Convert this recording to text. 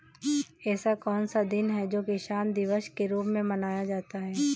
ऐसा कौन सा दिन है जो किसान दिवस के रूप में मनाया जाता है?